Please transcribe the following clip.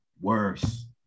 worse